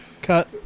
Cut